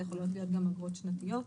אלה יכולות להיות גם אגרות שנתיות.